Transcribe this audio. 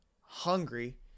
hungry